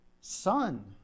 son